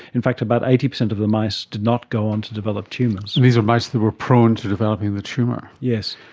in fact about eighty percent of the mice did not go on to develop tumours. and these are mice that were prone to developing the tumour. yes.